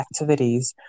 activities